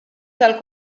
tal